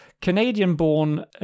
Canadian-born